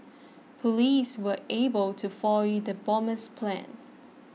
police were able to foil the bomber's plans